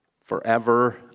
forever